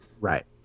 Right